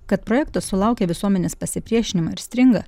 kad projektas sulaukė visuomenės pasipriešinimo ir stringa